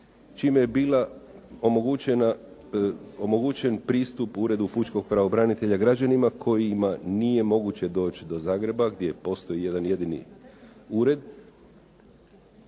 čime je bio omogućen pristup Uredu pučkog pravobranitelja građanima kojima nije moguće doći do Zagreba gdje postoji jedan jedini ured.